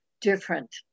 different